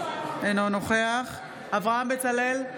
אינו נוכח אברהם בצלאל,